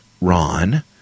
Ron